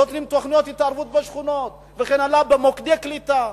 נותנים תוכניות התערבות בשכונות וכן הלאה במוקדי קליטה.